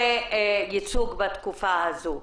וייצוג בתקופה הזו.